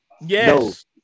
Yes